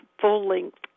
full-length